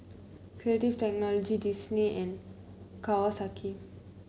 Creative Technology Disney and Kawasaki